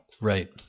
Right